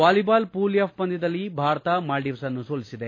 volleyball pool F ಪಂದ್ದದಲ್ಲಿ ಭಾರತ ಮಾಲ್ವೀವ್ಗನ್ನು ಸೋಲಿಸಿದೆ